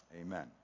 Amen